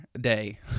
day